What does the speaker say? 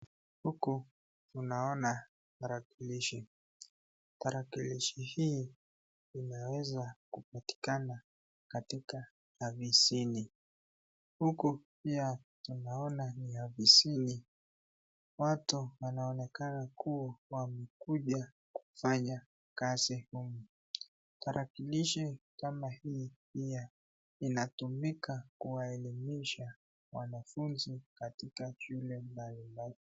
Huku tunaona tarakilishi. Tarakilishi hii inaweza kupatikana katika ofisini. Huku pia tunaona ni ofisini. Watu wanaonekana kuwa wamekuja kufanya kazi humu. Tarakilishi kama hii pia inatumika kuwaelimisha wanafunzi katika shule mbalimbali.